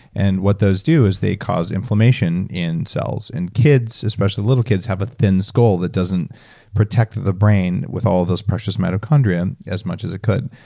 and what those do is they cause inflammation in cells and kids, especially little kids, have a thin skull that doesn't protect the the brain with all of those precious mitochondrion as much as it could.